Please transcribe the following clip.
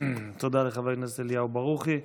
תודה לחבר הכנסת אליהו ברוכי.